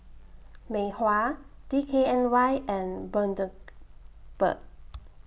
Mei Hua D K N Y and Bundaberg